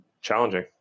challenging